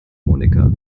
monika